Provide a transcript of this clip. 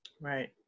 Right